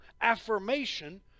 affirmation